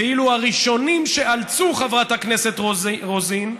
ואילו הראשונים שעלצו, חברת הכנסת רוזין,